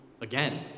again